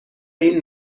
این